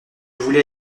voulais